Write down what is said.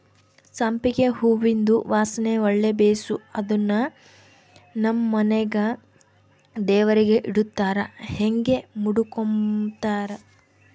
ಸಂಪಿಗೆ ಹೂವಿಂದು ವಾಸನೆ ಒಳ್ಳೆ ಬೇಸು ಅದುನ್ನು ನಮ್ ಮನೆಗ ದೇವರಿಗೆ ಇಡತ್ತಾರ ಹಂಗೆ ಮುಡುಕಂಬತಾರ